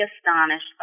astonished